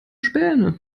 späne